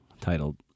titled